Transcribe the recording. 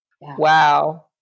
Wow